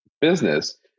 business